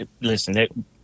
Listen